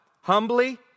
humbly